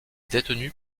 détenus